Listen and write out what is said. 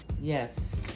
Yes